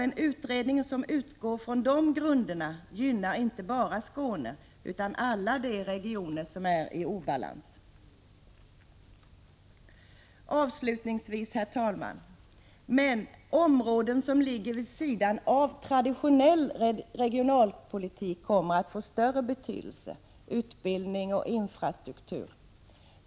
En utredning som utgår från de grunderna gynnar inte bara Skåne utan alla de regioner som är i obalans. Avslutningsvis, herr talman, vill jag säga följande. Områden som ligger vid sidan av traditionell regionalpolitik kommer att få större betydelse, t.ex. utbildning och infrastruktur.